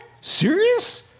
Serious